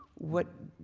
what,